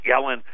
Yellen